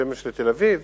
בית-שמש לתל-אביב,